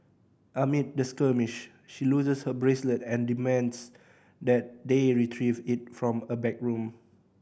amid the skirmish she loses her bracelet and demands that they retrieve it from a backroom